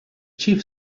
chief